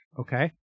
okay